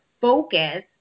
focus